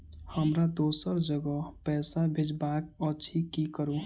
हमरा दोसर जगह पैसा भेजबाक अछि की करू?